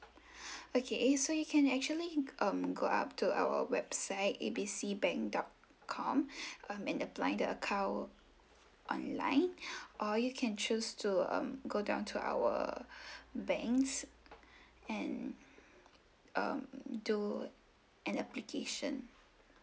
okay so you can actually um go up to our website A B C bank dot com um and apply the account online or you can choose to um go down to our banks and um do an application